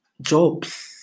jobs